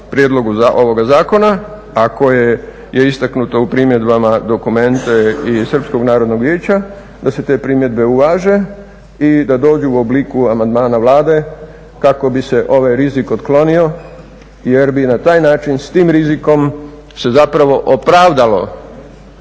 prijedlogu ovoga zakona ako je istaknuto u primjedbama dokumente i Srpskog narodnog vijeća, da se te primjedbe uvaže i da dođu u obliku amandmana Vlade kako bi se ovaj rizik otklonio jer bi na taj način s tim rizikom se zapravo opravdalo